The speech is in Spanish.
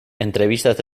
entrevistas